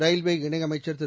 railway இணையமைச்சர் திரு